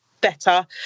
better